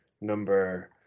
number